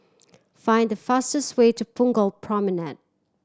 find the fastest way to Punggol Promenade